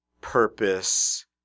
purpose